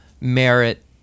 merit